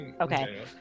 Okay